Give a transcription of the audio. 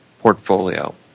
portfolio